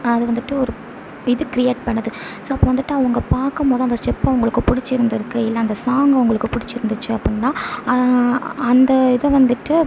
அது வந்துட்டு ஒரு இது க்ரியேட் பண்ணுது ஸோ அப்போது வந்துட்டு அவங்க பார்க்கும்போது அந்த ஸ்டெப் அவங்களுக்கு பிடிச்சிருந்துருக்கு இல்லை அந்த சாங் அவங்களுக்கு பிடிச்சிருந்துச்சி அப்படின்னா அந்த இதை வந்துட்டு